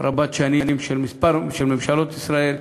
רבת שנים של ממשלות ישראל.